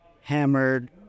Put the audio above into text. hammered